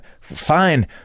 fine